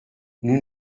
nous